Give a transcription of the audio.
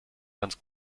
ganz